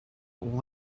all